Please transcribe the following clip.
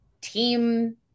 team